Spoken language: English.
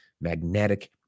magnetic